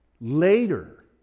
later